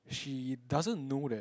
she doesn't know that